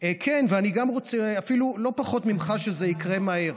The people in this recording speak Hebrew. כן, ואני גם רוצה אפילו לא פחות ממך שזה יקרה מהר.